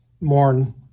mourn